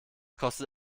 kostet